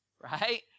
right